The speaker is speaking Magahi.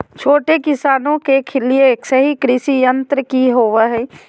छोटे किसानों के लिए सही कृषि यंत्र कि होवय हैय?